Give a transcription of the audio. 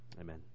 Amen